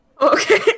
okay